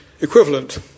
equivalent